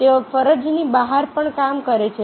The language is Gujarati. તેઓ ફરજની બહાર પણ કામ કરે છે